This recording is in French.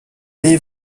des